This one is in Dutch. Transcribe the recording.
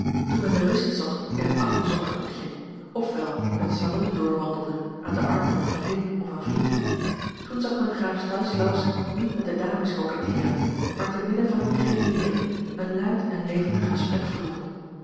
toen men de rust zocht in een afgezonderd hoekje of wel het salon doorwandelde aan den arm van eene vriendin of een vriend toen zag men graaf stanislaus niet met de dames coquetteeren maar te midden van een kring heeren een luid en levendig gesprek voeren